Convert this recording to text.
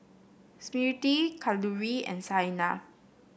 Smriti Kalluri and Saina